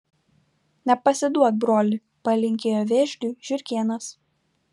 nepasiduok broli palinkėjo vėžliui žiurkėnas